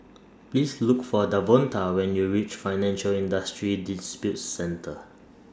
Please Look For Davonta when YOU REACH Financial Industry Disputes Center